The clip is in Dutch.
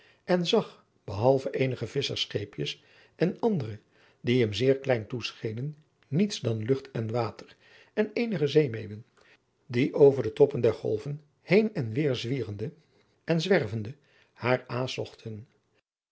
en zag behalve eenige visschersscheepjes en andere die hem zeer klein toeschenen niets dan lucht en water en eenige zeemeeuwen die over de toppen der golven heen en weêr zwierende en zwervende haar aas zochten